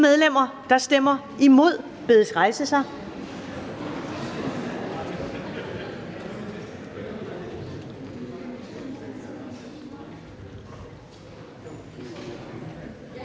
medlemmer, der stemmer imod, bedes rejse sig.